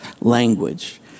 language